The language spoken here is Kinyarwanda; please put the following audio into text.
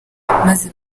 maze